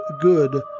good